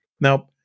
Now